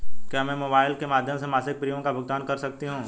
क्या मैं मोबाइल के माध्यम से मासिक प्रिमियम का भुगतान कर सकती हूँ?